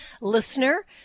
listener